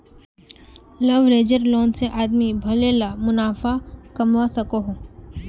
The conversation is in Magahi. लवरेज्ड लोन से आदमी भले ला मुनाफ़ा कमवा सकोहो